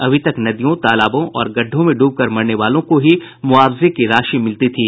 अभी तक नदियों तालाबों और गड्ढों में डूबकर मरने वालों को ही मुआवजे की राशि मिलती थी